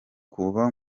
kuva